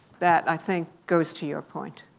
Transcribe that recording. that, i think, goes to your point,